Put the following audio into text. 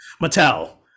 Mattel